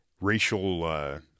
racial –